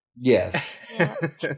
Yes